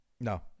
no